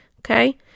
okay